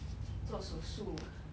做手术